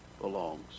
belongs